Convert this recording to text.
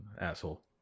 Asshole